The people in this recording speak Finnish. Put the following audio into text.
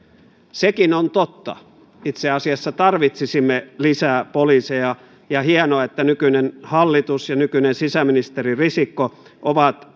sekin on totta itse asiassa tarvitsisimme lisää poliiseja ja hienoa että nykyinen hallitus ja nykyinen sisäministeri risikko ovat